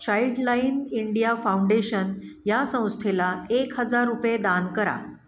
Childline India Foundation या संस्थेला एक हजार रुपये दान करा